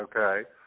Okay